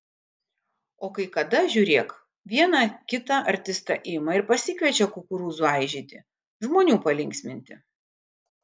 o kai kada žiūrėk vieną kitą artistą ima ir pasikviečia kukurūzų aižyti žmonių palinksminti